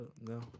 no